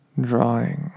Drawing